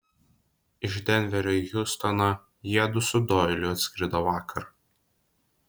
iš denverio į hjustoną jiedu su doiliu atskrido vakar